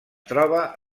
troba